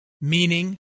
meaning